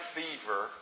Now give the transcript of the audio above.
fever